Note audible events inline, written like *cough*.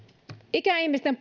ikäihmisten *unintelligible*